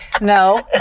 No